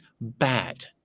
bad